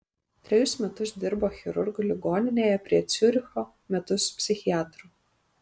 trejus metus dirbo chirurgu ligoninėje prie ciuricho metus psichiatru